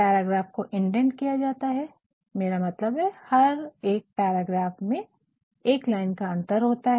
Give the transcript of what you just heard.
paragraph को indent किया जाता है मेरा मतलब है हर एक पैराग्राफ में एक लाइन का अंतर होता है